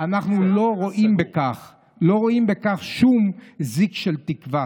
אנחנו לא רואים בכך שום זיק של תקווה.